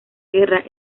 guerra